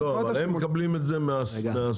אבל הם מקבלים את זה מהאסדה.